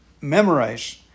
memorize